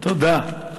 תודה.